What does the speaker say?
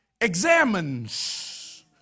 examines